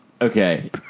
Okay